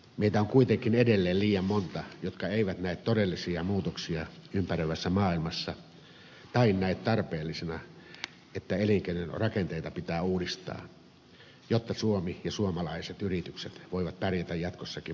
meitä on kuitenkin edelleen liian monta jotka eivät näe todellisia muutoksia ympäröivässä maailmassa tai näe tarpeellisena että elinkeinorakenteita pitää uudistaa jotta suomi ja suomalaiset yritykset voivat pärjätä jatkossakin maailmanmarkkinoilla